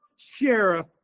Sheriff